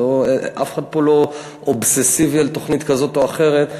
אף אחד פה לא אובססיבי על תוכנית כזאת או אחרת.